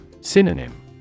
Synonym